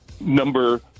number